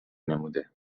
نموده